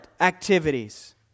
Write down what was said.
activities